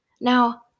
Now